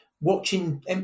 watching